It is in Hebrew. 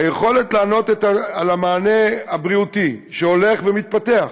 היכולת לתת מענה בריאותי, שהולך ומתפתח,